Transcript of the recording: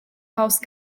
house